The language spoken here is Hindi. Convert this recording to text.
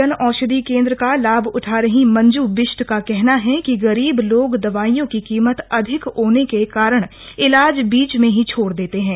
जन औशधि केंद्र का लाभ उठा रहीं मंजू बिश्ट का कहना है कि गरीब लोग दवाइयों की कीमत अधिक होने के कारण ईलाज बीच में ही छोड़ देते थे